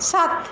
সাত